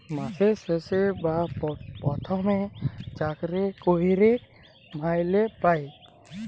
মাসের শেষে বা পথমে চাকরি ক্যইরে মাইলে পায়